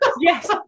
yes